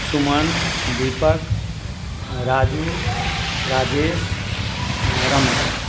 Suman Deepak Raju Rajesh Raman